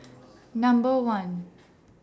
Number one